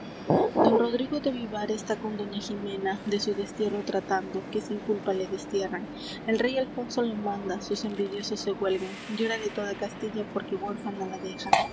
don rodrigo de vivar está con doña jimena de su destierro tratando que sin culpa le destierran el rey alfonso lo manda sus envidiosos se huelgan llórale toda castilla porque huérfana la deja